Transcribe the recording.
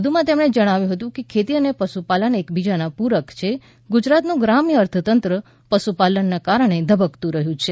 વધુમાં તેમણે જણાવ્યું હતું કે ખેતી અને પશુપાલન એકબીજાના પુરક છે ગુજરાતનું ગ્રામ્ય અર્થતંત્ર પશુપાલનના કારણે ધબકતુ રહ્યું છે